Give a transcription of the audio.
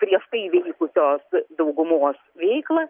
prieš tai vykdžiusios daugumos veiklą